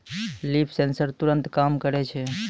leaf sensor तुरत काम करै छै